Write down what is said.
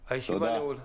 תודה רבה, הישיבה נעולה.